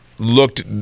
Looked